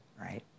right